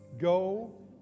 go